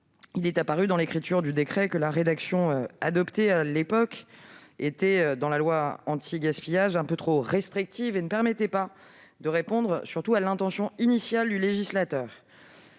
il est apparu, lors de l'écriture du décret, que la rédaction adoptée à l'époque de la loi anti-gaspillage était un peu trop restrictive et ne permettait pas de répondre à l'intention initiale du législateur.